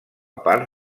part